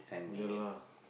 no lah